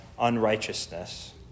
unrighteousness